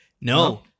No